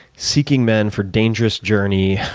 seeking men for dangerous journey,